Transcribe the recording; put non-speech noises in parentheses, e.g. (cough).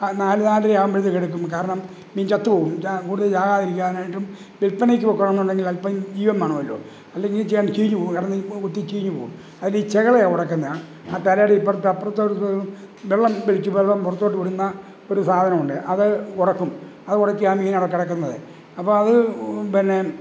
ആ നാല് നാലര ആകുമ്പോഴത്തേക്കെടുക്കും കാരണം മീന് ചത്തുപോവും കൂടുതൽ ചാകാതിരിക്കാനായിട്ടും വിൽപ്പനയ്ക്ക് വെക്കുകയാണെന്നുണ്ടെങ്കില് അല്പം ജീവന് വേണമല്ലൊ അല്ലെങ്കിൽ ഇത് ചീഞ്ഞുപോകും കാരണം എന്നാൽ ഇപ്പോൾ ഒരിടത്ത് ഈ ചീഞ്ഞുപോവും അതിൽ ഈ ചെകിളയാണ് ഉടക്കുന്നത് ആ തിരയുടെ ഇപ്പുറത്ത് അപ്പുറത്ത് (unintelligible) വെള്ളം പിടിച്ച് വെള്ളം പുറത്തോട്ടുവിടുന്ന ഒരു സാധനമുണ്ട് അത് ഉടക്കും അത് ഉടക്കിയാൽ ആ മീനവിടെ കിടക്കുന്നത് അപ്പോൾ അത് പിന്നെ